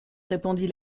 répondit